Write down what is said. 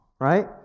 right